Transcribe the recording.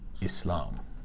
Islam